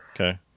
Okay